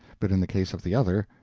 but in the case of the other,